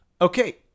Okay